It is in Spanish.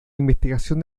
investigación